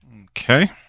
Okay